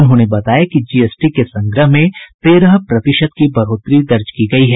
उन्होंने बताया कि जीएसटी के संग्रह में तेरह प्रतिशत की बढ़ोतरी दर्ज की गयी है